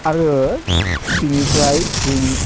आरो बिनिफ्राय जों